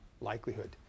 likelihood